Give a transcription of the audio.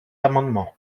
amendement